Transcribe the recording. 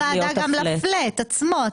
את מגיעה לוועדה גם לפלט עצמו.